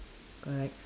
correct